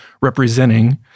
representing